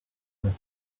where